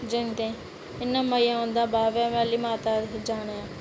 जंदे इन्ना मज़ा औंदा बाह्वे आह्ली माता दे जाना